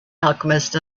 alchemist